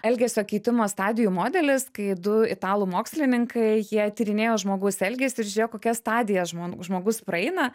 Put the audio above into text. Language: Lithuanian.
elgesio keitimo stadijų modelis kai du italų mokslininkai jie tyrinėjo žmogaus elgesį ir žiūrėjo kokias stadijas žmon žmogus praeina